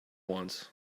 once